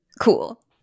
cool